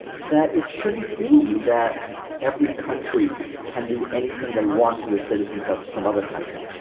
that it shouldn't be that every country can do anything they want to the citizens of some other country,